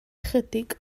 ychydig